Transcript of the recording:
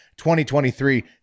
2023